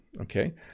okay